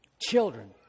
Children